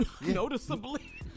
noticeably